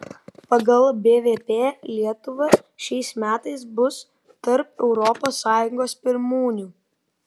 pagal bvp lietuva šiais metais bus tarp europos sąjungos pirmūnių